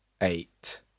eight